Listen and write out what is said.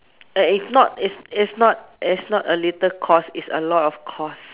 and it's not it's it's not it is not a little cost it's a lot of cost